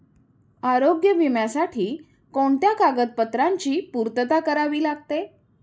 आरोग्य विम्यासाठी कोणत्या कागदपत्रांची पूर्तता करावी लागते?